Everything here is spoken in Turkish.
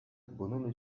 bunun